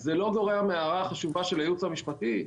זה לא גורע מההערה החשובה של הייעוץ המשפטי,